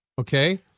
Okay